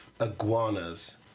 iguanas